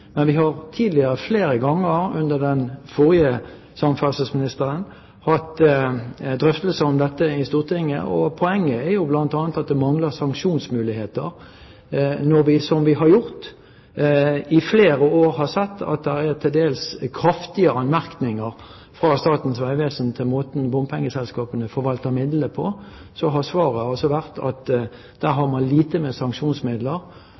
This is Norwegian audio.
Vi har flere ganger tidligere under den forrige samferdselsministeren hatt drøftelser om dette i Stortinget. Poenget er bl.a. at det mangler sanksjonsmuligheter. Når vi i flere år har sett at det er til dels kraftige anmerkinger fra Statens vegvesen til måten bompengeselskapene forvalter midlene på, så har svaret altså vært at man har få sanksjonsmidler,